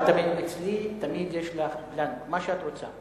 את אצלי, תמיד יש לך "בלנק", מה שאת רוצה.